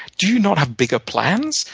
do you not have bigger plans?